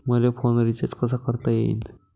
मले phone recharge कसा करता येईन?